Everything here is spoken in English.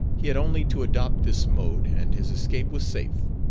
he had only to adopt this mode and his escape was safe.